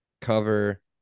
cover